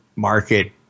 Market